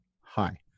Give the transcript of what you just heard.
Hi